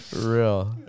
Real